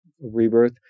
rebirth